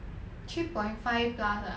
three point five plus ah